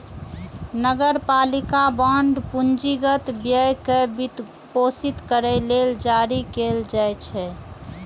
नगरपालिका बांड पूंजीगत व्यय कें वित्तपोषित करै लेल जारी कैल जाइ छै